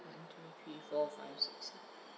one two three four five six seven